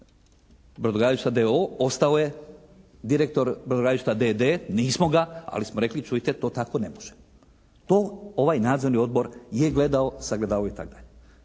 je direktor, ostao je direktor brodogradilišta d.d. Nismo ga, ali smo rekli čujte to tako ne može. To ovaj nadzorni odbor je gledao, sagledavao itd.